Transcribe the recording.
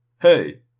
Hey